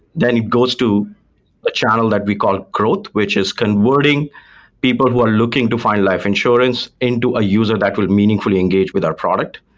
then it goes to a channel that we call growth, which is converting people who are looking to find life insurance into a user that will meaningfully engage with our product.